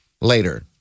later